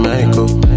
Michael